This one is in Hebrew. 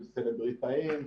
של סלבריטאים,